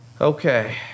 Okay